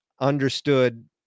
understood